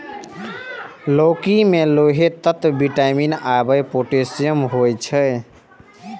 लौकी मे लौह तत्व, विटामिन आ पोटेशियम होइ छै